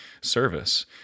service